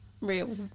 real